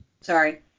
Sorry